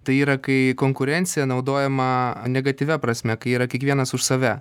tai yra kai konkurencija naudojama negatyvia prasme kai yra kiekvienas už save